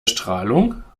strahlung